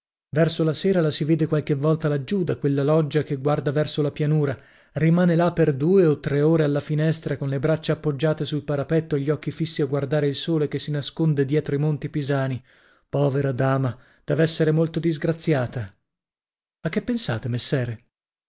verso la sera la si vede qualche volta laggiù da quella loggia die guarda verso la pianura rimane là per due o tre ore alla finestra con le braccia appoggiate sul parapetto e gli occhi fissi a guardare il sole che si nasconde dietro i monti pisani povera dama dev'essere molto disgraziata a che pensate messere